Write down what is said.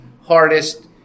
hardest